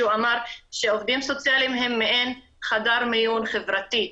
שהוא אמר שעובדים סוציאליים הם מעין חדר מיון חברתי,